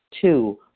Two